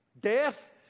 Death